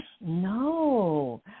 No